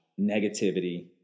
negativity